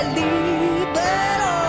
libero